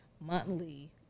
monthly